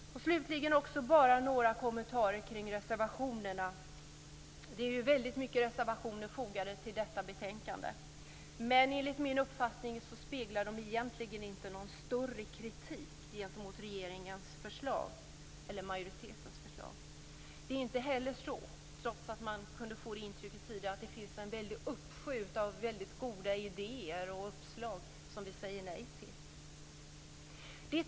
Sedan några kommentarer kring reservationerna. Det är många reservationer fogade till betänkandet. Enligt min uppfattning speglar de egentligen inte någon större kritik gentemot majoritetens förslag. Trots att det går att få det intrycket, finns det inte någon uppsjö av goda idéer och uppslag som vi säger nej till.